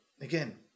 again